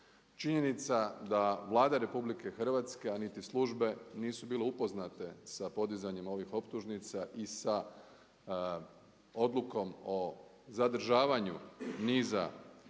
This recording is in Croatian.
Činjenica da Vlada RH, a niti službe nisu bile upoznate sa podizanjem ovih optužnica i sa odlukom o zadržavanju niza hrvatskih